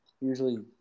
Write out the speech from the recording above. usually